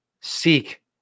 Seek